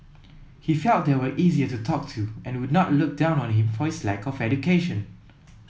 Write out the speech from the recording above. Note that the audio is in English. he felt they were easier to talk to and would not look down on him for his lack of education